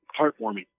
heartwarming